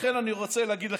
לכן אני רוצה להגיד לכם,